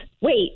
Wait